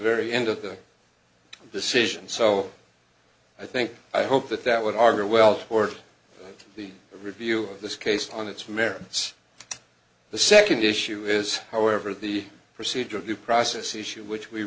very end of the decision so i think i hope that that would argue well support the review of this case on its merits the second issue is however the procedure of due process issue which we